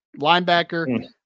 linebacker